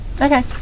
Okay